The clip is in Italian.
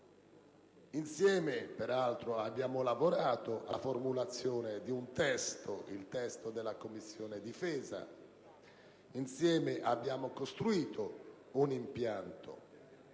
Insieme, peraltro, noi abbiamo lavorato alla formulazione del testo della Commissione difesa e, insieme, abbiamo costruito un impianto.